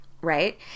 Right